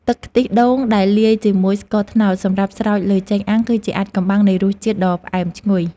ទឹកខ្ទិះដូងដែលលាយជាមួយស្ករត្នោតសម្រាប់ស្រោចលើចេកអាំងគឺជាអាថ៌កំបាំងនៃរសជាតិដ៏ផ្អែមឈ្ងុយ។